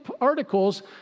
articles